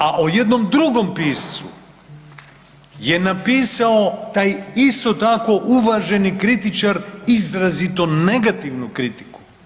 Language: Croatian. A o jednom drugom piscu je napisao taj isti tako uvaženi kritičar izrazito negativnu kritiku.